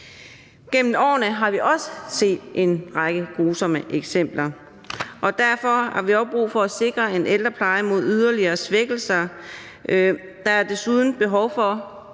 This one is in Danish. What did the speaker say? Gennem årene har vi set en række grusomme eksempler, og derfor har vi også brug for at sikre ældreplejen mod yderligere svækkelser. Der er desuden behov for,